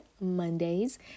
Mondays